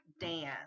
Dan